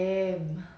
mmhmm